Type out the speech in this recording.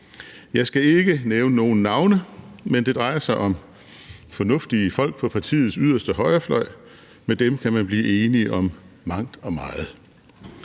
Jeg skal ikke nævne nogen navne, men det drejer sig om fornuftige folk på partiets yderste højrefløj, og med dem kan man blive enig om mangt og meget.